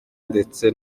ndetse